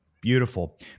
Beautiful